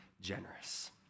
generous